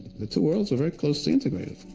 the two worlds were very closely integrated.